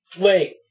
Wait